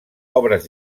obres